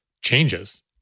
changes